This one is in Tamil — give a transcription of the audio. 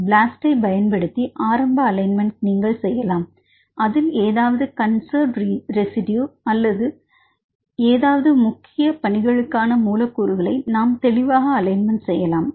மாணவர் ஸ்ட்ரக்சர் ப்ளாஸ்ட் பயன்படுத்தி ஆரம்ப அலைன்மெண்ட் நீங்கள் செய்யலாம் அதில் ஏதாவது கன்சர்ட் மூலக்கூறுகள் அல்லது ஏதாவது முக்கிய பணிகளுக்கான மூலக்கூறுகளை நாம் தெளிவாக அலைன்மெண்ட் செய்யலாம்